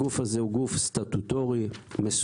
הגוף הזה הוא גוף סטטוטורי מסודר,